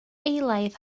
eilaidd